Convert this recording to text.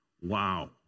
Wow